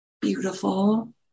beautiful